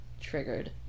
Triggered